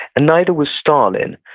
and neither was stalin.